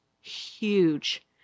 huge